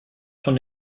von